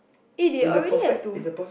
eh they already have to